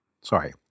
Sorry